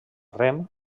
rem